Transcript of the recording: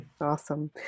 awesome